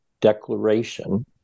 declaration